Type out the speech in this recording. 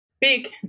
big